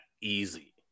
easy